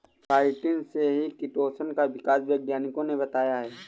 chitin से ही chitosan का विकास वैज्ञानिकों ने बताया है